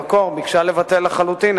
במקור ביקשה לבטל לחלוטין,